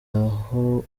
aho